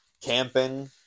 camping